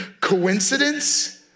coincidence